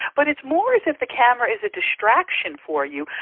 but it's more as if the camera is a distraction for you.